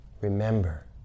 remember